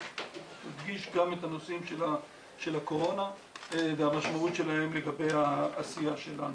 תדגיש גם את הנושאים של הקורונה והמשמעות שלהם לגבי העשייה שלנו.